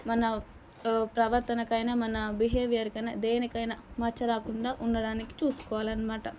మన ప్రవర్తనకైనా మన బిహేవియర్కైనా దేనికైనా మచ్చ రాకుండా ఉండడానికి చూసుకోవాలనమాట